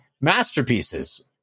masterpieces